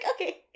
okay